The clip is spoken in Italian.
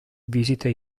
visita